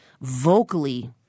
vocally